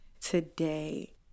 today